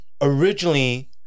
originally